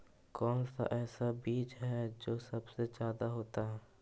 कौन सा ऐसा बीज है जो सबसे ज्यादा होता है?